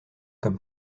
comme